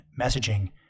messaging